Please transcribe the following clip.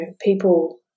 people